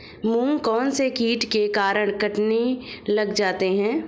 मूंग कौनसे कीट के कारण कटने लग जाते हैं?